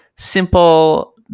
simple